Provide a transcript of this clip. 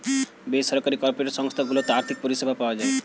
বেসরকারি কর্পোরেট সংস্থা গুলোতে আর্থিক পরিষেবা পাওয়া যায়